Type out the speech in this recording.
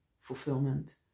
fulfillment